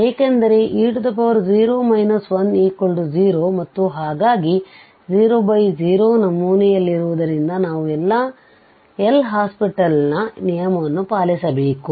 ಏಕೆಂದರೆ e0 10ಮತ್ತು ಹಾಗಾಗಿ00ನಮೂನೆಯಲ್ಲಿರುವುದರಿಂದ ನಾವು L ಹಾಸ್ಪಿಟಲ್ ನ LHospital ನಿಯಮವನ್ನು ಪಾಲಿಸಬೇಕು